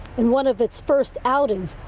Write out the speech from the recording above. and one of its first outings,